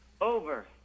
over